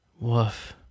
woof